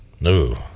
No